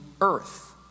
earth